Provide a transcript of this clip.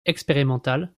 expérimentale